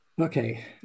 Okay